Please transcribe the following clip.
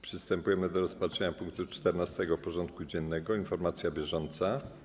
Przystępujemy do rozpatrzenia punktu 14. porządku dziennego: Informacja bieżąca.